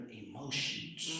emotions